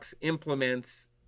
implements